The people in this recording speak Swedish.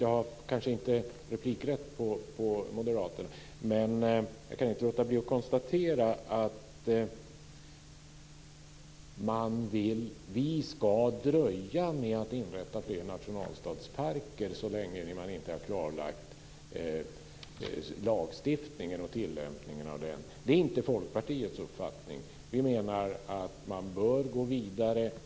Jag har kanske inte replikrätt på moderaterna, men jag kan inte låta bli att konstatera att man vill att vi ska dröja med att inrätta fler nationalstadsparker så länge vi inte har klarlagt lagstiftningen och tillämpningen av den. Det är inte Folkpartiets uppfattning. Vi menar att vi bör gå vidare.